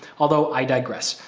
although i digress.